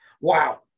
wow